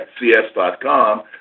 cs.com